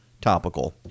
topical